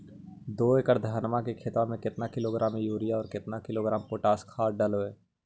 दो एकड़ धनमा के खेतबा में केतना किलोग्राम युरिया और केतना किलोग्राम पोटास खाद डलबई?